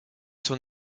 son